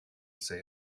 say